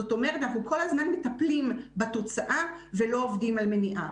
זאת אומרת אנחנו כל הזמן מטפלים בתוצאה ולא עובדים על מניעה.